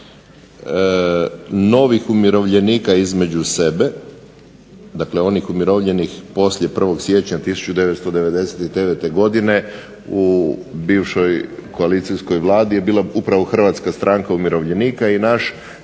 novih umirovljenika između sebe, dakle onih umirovljenih poslije 1. siječnja 1999. godine u bivšoj koalicijskoj vladi je bila upravo HSU i naš temeljni